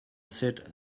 said